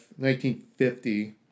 1950